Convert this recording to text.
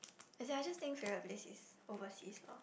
as in I just think favourite place is overseas loh